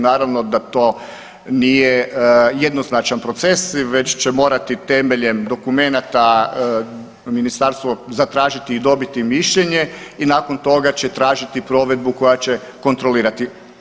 Naravno da to nije jednoznačan proces već će morati temeljem dokumenata Ministarstvo zatražiti i dobiti mišljenje i nakon toga će tražiti provedbu koja će kontrolirati.